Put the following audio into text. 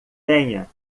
tenha